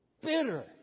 bitter